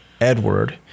Edward